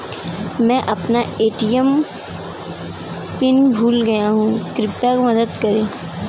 मैं अपना ATM pin भूल गया हूँ, कृपया मदद करें